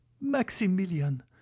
Maximilian